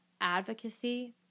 advocacy